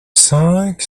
cinq